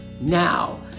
now